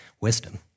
wisdom